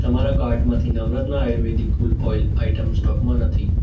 તમારા કાર્ટમાંની Navratna ayurvedic cool oil item સ્ટોકમાં નથી